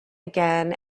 again